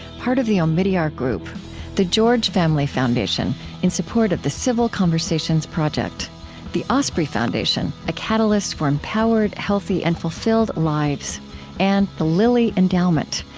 part of the omidyar group the george family foundation, in support of the civil conversations project the osprey foundation a catalyst for empowered, healthy, and fulfilled lives and the lilly endowment,